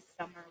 summer